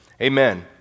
Amen